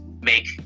make